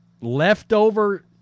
leftover